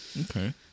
Okay